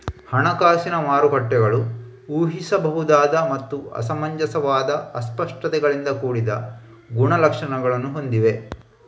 ಹಣಕಾಸಿನ ಮಾರುಕಟ್ಟೆಗಳು ಊಹಿಸಬಹುದಾದ ಮತ್ತು ಅಸಮಂಜಸವಾದ ಅಸ್ಪಷ್ಟತೆಗಳಿಂದ ಕೂಡಿದ ಗುಣಲಕ್ಷಣಗಳನ್ನು ಹೊಂದಿವೆ